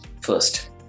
First